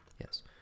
Yes